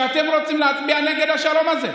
שאתם רוצים להצביע נגד השלום הזה.